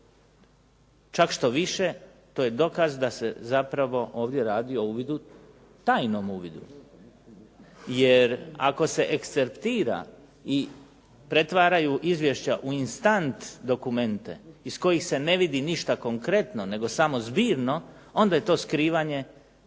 Čak štoviše, to je dokaz da se zapravo ovdje radi o uvidu, tajnom uvidu. Jer ako se ekscertira i pretvaraju izvješća u instant dokumente iz kojih se ne vidi ništa konkretno nego samo zbirno, onda je to skrivanje podataka